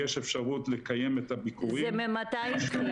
ממתי?